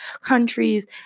countries